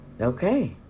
Okay